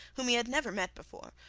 whom he had never met before,